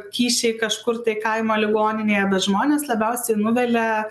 kyšiai kažkur tai kaimo ligoninėje bet žmonės labiausiai nuvilia